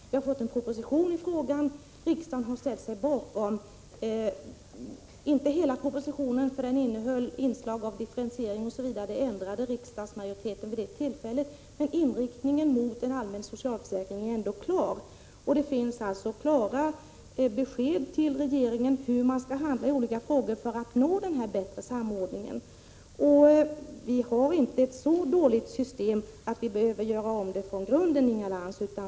Det har kommit en proposition i frågan, och riksdagen har ställt sig bakom delar av den — dock inte hela propositionen, för den innehåller inslag av differentiering osv. som riksdagsmajoriteten ändrade på. Inriktningen mot en allmän socialförsäkring är ändå fastställd. Det finns alltså klara besked till regeringen om hur man skall handla i olika frågor för att nå denna bättre samordning. Vi har inte ett så dåligt socialförsäkringssystem att vi behöver göra om det från grunden, Inga Lantz.